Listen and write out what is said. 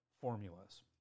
formulas